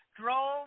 drove